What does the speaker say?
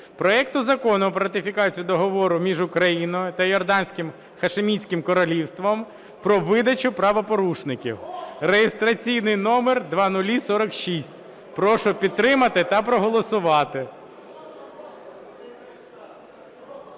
проекту Закону про ратифікацію Договору між Україною та Йорданським Хашимітським Королівством про видачу правопорушників (реєстраційний номер 0046). Прошу підтримати та проголосувати.